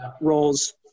roles